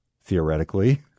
theoretically